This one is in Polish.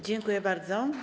Dziękuję bardzo.